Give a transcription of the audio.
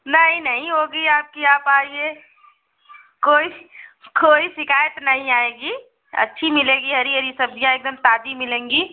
नहीं नहीं होगी आपकी आप आइए कोई कोई शिकायत नहीं आएगी अच्छी मिलेगी हरी हरी सब्जियाँ एकदम ताजी मिलेंगी